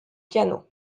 piano